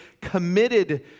committed